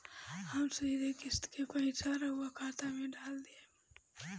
हम सीधे किस्त के पइसा राउर खाता में डाल देम?